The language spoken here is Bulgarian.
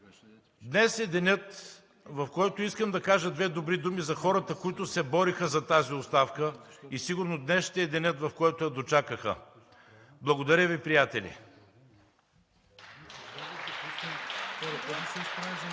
Днес е денят, в който искам да кажа две добри думи за хората, които се бориха за тази оставка и сигурно днес ще е денят, в който я дочакаха. Благодаря Ви приятели!